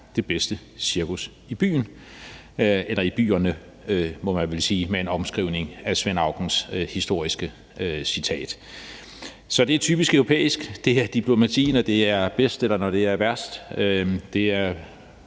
– eller i byerne, må man vel sige med en omskrivning af Svend Aukens historiske citat. Så det er typisk europæisk. Det er diplomati, når det er bedst, eller når det er værst. Det er